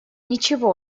ничего